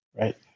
right